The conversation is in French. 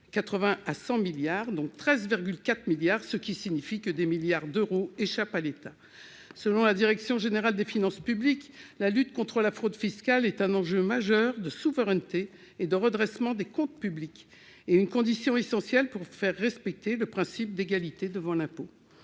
qu'à 13,4 milliards d'euros, ce qui signifie que des milliards d'euros échappent à l'État. Selon la direction générale des finances publiques, « la lutte contre la fraude fiscale est un enjeu majeur de souveraineté et de redressement des comptes publics et une condition essentielle pour faire respecter le principe d'égalité devant l'impôt